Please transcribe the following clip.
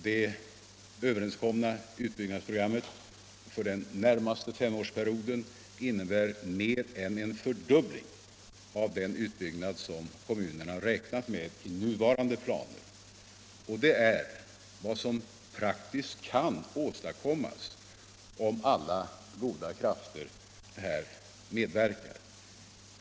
Det överenskomna utbyggnadsprogrammet för den närmaste femårsperioden innebär mer än en fördubbling av den utbyggnad som kommunerna har räknat med i nuvarande planer, och det är vad som faktiskt kan åstadkommas om alla goda krafter medverkar.